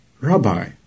Rabbi